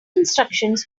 instructions